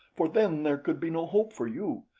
for then there could be no hope for you.